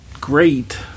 great